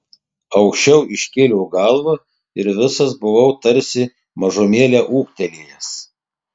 aukščiau iškėliau galvą ir visas buvau tarsi mažumėlę ūgtelėjęs